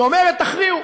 שאומרת: תכריעו,